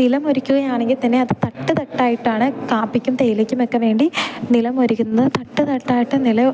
നിലമൊരുക്കുകയാണെങ്കിൽ തന്നെ അത് തട്ട് തട്ടായിട്ടാണ് കാപ്പിക്കും തേയിലയ്ക്കുമൊക്കെ വേണ്ടി നിലമൊരുക്കുന്നത് തട്ട് തട്ടായിട്ട് നിലം